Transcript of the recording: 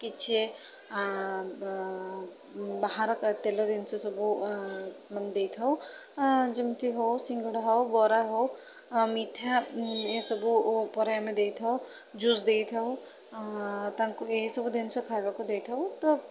କିଛି ବାହାର ତେଲ ଜିନିଷ ସବୁ ମାନେ ଦେଇଥାଉ ଯେମିତି ହଉ ସିଙ୍ଗଡ଼ା ହଉ ବରା ହଉ ମିଠା ଏ ସବୁ ଉପରେ ଆମେ ଦେଇଥାଉ ଜୁସ୍ ଦେଇଥାଉ ତାଙ୍କୁ ଏହିସବୁ ଜିନିଷ ଖାଇବାକୁ ଦେଇଥାଉ ତ